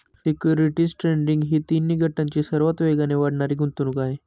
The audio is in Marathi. सिक्युरिटीज ट्रेडिंग ही तिन्ही गटांची सर्वात वेगाने वाढणारी गुंतवणूक आहे